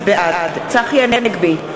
בעד צחי הנגבי,